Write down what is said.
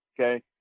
okay